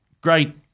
great